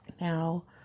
Now